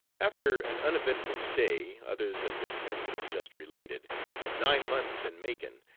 after an uneventful stay other than this incident just related of nine months in macon,